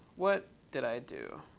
what did i do?